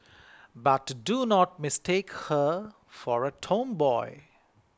but do not mistake her for a tomboy